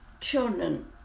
children